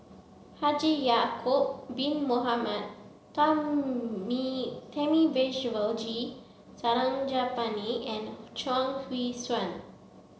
Haji Ya'acob Bin Mohamed Thamizhavel G Sarangapani and Chuang Hui Tsuan